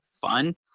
fun